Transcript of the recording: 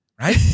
right